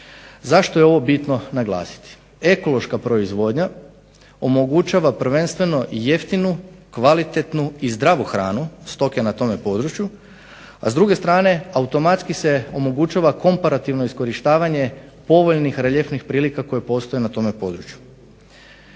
Zašto je ovo bitno naglasiti? Ekološka proizvodnja omogućava prvenstveno jeftinu, kvalitetnu i zdravu hranu stoke na tome području, a s druge strane automatski se omogućava komparativno iskorištavanje povoljnih reljefnih prilika koji postoje na tome području.